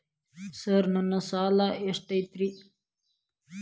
Sir ನನ್ನ ಸಾಲಾ ಎಷ್ಟು ಐತ್ರಿ?